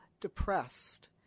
depressed